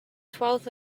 twelfth